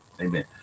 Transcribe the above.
amen